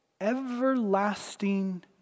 Everlasting